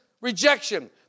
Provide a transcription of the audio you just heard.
rejection